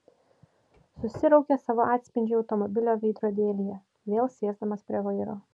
susiraukė savo atspindžiui automobilio veidrodėlyje vėl sėsdamas prie vairo